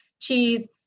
cheese